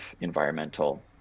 environmental